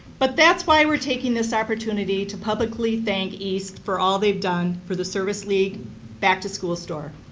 but that's why we're taking this opportunity to publicly thank east for all they've done for the service league back to school store.